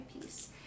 piece